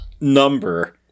number